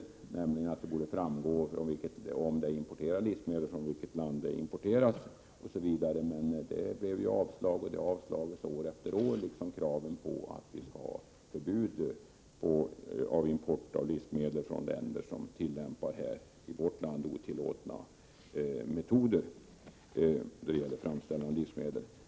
Jag ville nämligen att det när det gällde importerade livsmedel skulle framgå bl.a. från vilket land de var importerade, men det förslaget avslogs, och det har avslagits år efter år, liksom kraven på förbud mot import av livsmedel från länder som tillämpar i vårt land otillåtna metoder för framställning av livsmedel.